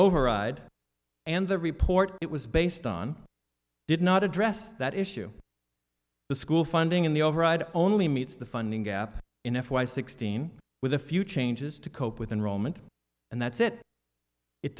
override and the report it was based on did not address that issue the school funding in the override only meets the funding gap in f y sixteen with a few changes to cope with enrollment and that's it it